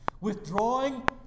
Withdrawing